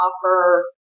offer